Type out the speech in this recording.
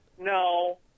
No